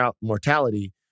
mortality